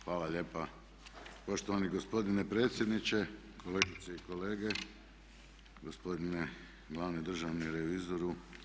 Hvala lijepa poštovani gospodine predsjedniče, kolegice i kolege, gospodine glavni državni revizoru.